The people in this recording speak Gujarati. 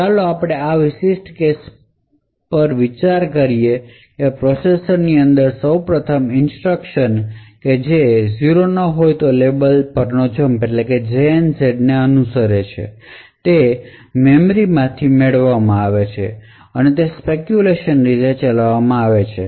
તેથી ચાલો આપણે આ વિશિષ્ટ કેસ પર વિચાર કરીએ પ્રોસેસર ની અંદર સૌ પ્રથમ ઇન્સટ્રકશન કે જે 0 ના હોય તો લેબલ પરનો જંપ ને અનુસરે છે તે મેમરી માંથી મેળવવામાં આવશે અને તે સ્પેકયુલેશન રીતે ચલાવવામાં આવશે